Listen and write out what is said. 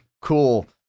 cool